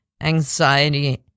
anxiety